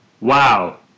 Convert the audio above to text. Wow